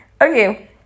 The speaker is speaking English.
Okay